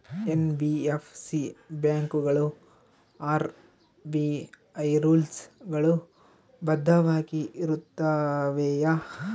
NBFC ಬ್ಯಾಂಕುಗಳು RBI rules ಗಳು ಬದ್ಧವಾಗಿ ಇರುತ್ತವೆಯ?